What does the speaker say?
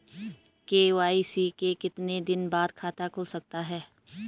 KYC के कितने दिन बाद खाता खुल सकता है?